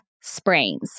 sprains